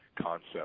concept